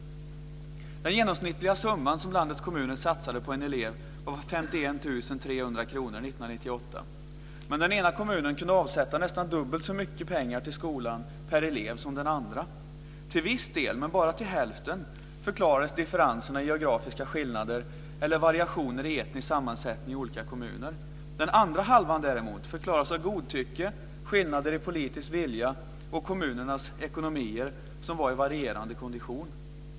Den genomsnittliga summa som landets kommuner satsade på en elev var 51 300 kr år 1998. Men den ena kommunen kunde avsätta nästan dubbelt så mycket pengar till skolan per elev som den andra kommunen. Till viss del - men bara till hälften - förklaras differensen av geografiska skillnader eller variationer i etnisk sammansättning i olika kommuner. Den andra halvan förklaras däremot av godtycke, skillnader i politisk vilja och att kommunernas ekonomier var i varierande kondition.